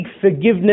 forgiveness